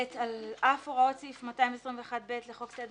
על אף הוראות סעיף 221(ב) לחוק סדר